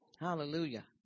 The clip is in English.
Hallelujah